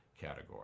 category